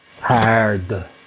Hard